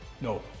No